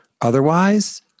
otherwise